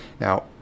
Now